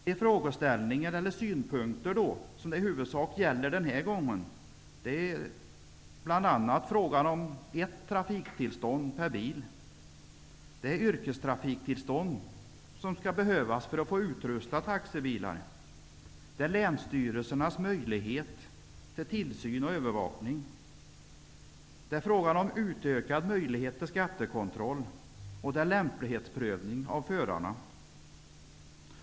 De synpunkter som i huvudsak gäller denna gång är frågor om bl.a. ett trafiktillstånd per bil, nödvändiga yrkestrafiktillstånd för att utrusta taxibilar, länsstyrelsernas möjlighet till tillsyn och övervakning, utökad möjlighet till skattekontroll och lämplighetsprövning av förarna.